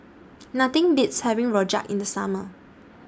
Nothing Beats having Rojak in The Summer